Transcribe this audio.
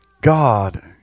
God